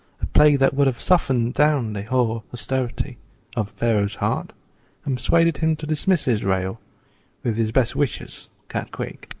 a plague that would have softened down the hoar austerity of pharaoh's heart and persuaded him to dismiss israel with his best wishes, cat-quick.